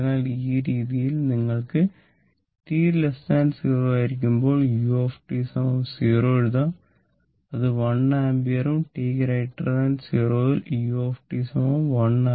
അതിനാൽ ഈ രീതിയിൽ നിങ്ങൾക്ക് t 0 ആയിരിക്കുമ്പോൾ u 0 എഴുതാം അത് 1 ampere ഉം t 0 u 1